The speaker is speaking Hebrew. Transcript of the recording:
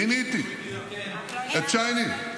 מיניתי את צ'ייני,